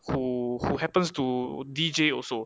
who who happens to deejay also